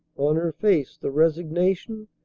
on her face the resignation,